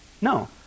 No